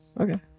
Okay